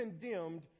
condemned